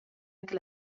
anche